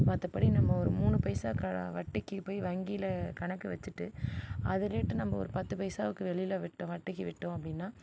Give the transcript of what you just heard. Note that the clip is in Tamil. மற்றபடி நம்ம ஒரு மூணு பைசா கடை வட்டிக்கு போய் வங்கியில கணக்கு வச்சுட்டு அதுலிட்டு நம்ம ஒரு பத்து பைசாவுக்கு வெளியில விட்டோம் வட்டிக்கு விட்டோம் அப்படின்னா